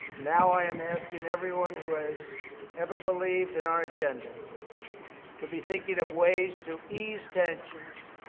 now, i am asking everyone who has ever believed in our agenda to be thinking of ways to ease tensions,